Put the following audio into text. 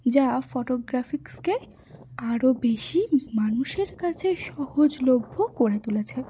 যা ফটোগ্রাফিক্সকে আরও বেশি মানুষের কাছে সহজলভ্য করে তুলেছে